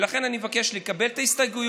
ולכן אני מבקש לקבל את ההסתייגויות,